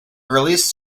earliest